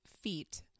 feet